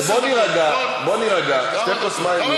בוא נירגע, שתה כוס מים.